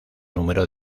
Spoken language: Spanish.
número